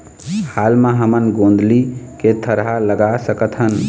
हाल मा हमन गोंदली के थरहा लगा सकतहन?